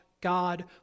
God